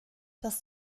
das